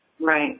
Right